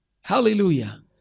Hallelujah